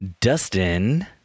Dustin